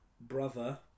brother